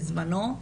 בזמנו,